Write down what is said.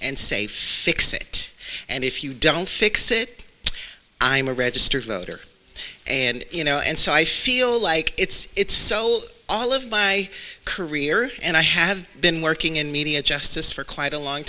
and safe fix it and if you don't fix it i'm a registered voter and you know and so i feel like it's so all of my career and i have been working in media justice for quite a long